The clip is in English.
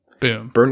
boom